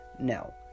No